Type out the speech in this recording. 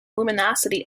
luminosity